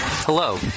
Hello